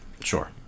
Sure